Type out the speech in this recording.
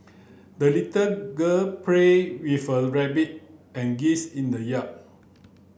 the little girl played with her rabbit and geese in the yard